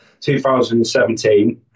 2017